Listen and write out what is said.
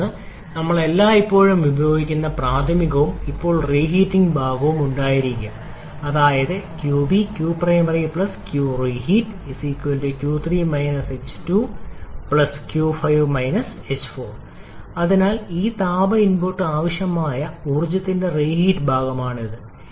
അതിലൊന്നാണ് നമ്മൾ എല്ലായ്പ്പോഴും ഉപയോഗിക്കുന്ന പ്രാഥമികവും ഇപ്പോൾ റീഹീറ്റ് ഭാഗവും ഉണ്ടായിരിക്കുക അതായത് 𝑞𝐵 𝑞𝑝𝑟𝑖𝑚𝑎𝑟𝑦 𝑞𝑟𝑒ℎ𝑒𝑎𝑡 ℎ3 2 ℎ5 ℎ4 അതിനാൽ അധിക താപ ഇൻപുട്ട് ആവശ്യമായ ഊർജ്ജത്തിന്റെ റീഹീറ്റ് ഭാഗമാണിത്